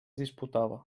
disputava